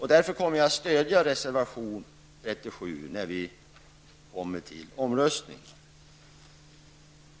Jag kommer att stödja reservation 37, när vi kommer till omröstningen.